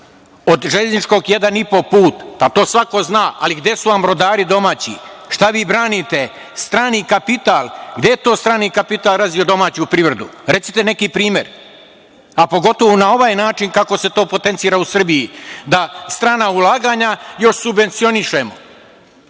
od železničkog jedan i po put. To svako zna. Gde su vam brodari domaći? Šta vi branite? Strani kapital. Gde je to strani kapital razvio domaću privredu? Recite neki primer? Pogotovo na ovaj način kako se to potencira u Srbiji da stran ulaganja još subvencionišemo.